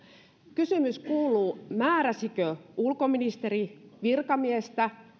kysymys kuuluu määräsikö ulkoministeri virkamiehen